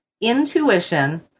intuition